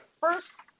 first